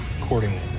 accordingly